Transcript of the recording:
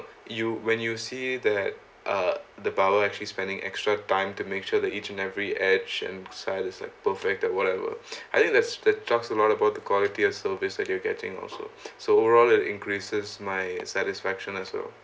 you when you see that uh the barber actually spending extra time to make sure that each and every edge and side is like perfect or whatever I think that's that a lot about the quality of service that you're getting also so overall it increases my satisfaction as well